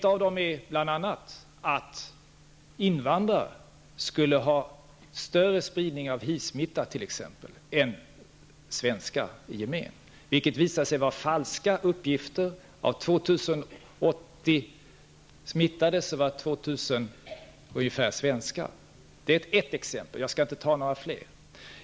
En av dessa är att det bland invandrare skulle finnas en större spridning av HIV-smitta än bland svenskar i gemen. Det har visat sig vara falska uppgifter. Av 2 080 smittade har ca 2 000 visat sig vara svenskar. Det är ett exempel.